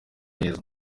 neza